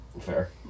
Fair